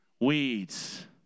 Weeds